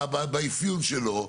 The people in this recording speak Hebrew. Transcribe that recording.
שמתאימה לו באפיון שלו.